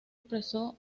expresó